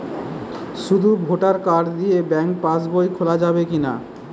শুধু voter card দিয়ে bank pass বই খোলা যাবে কিনা?